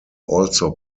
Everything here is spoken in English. also